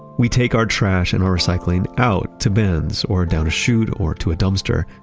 we take our trash and our recycling out to bins or down a shoot or to a dumpster,